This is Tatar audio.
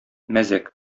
мәзәк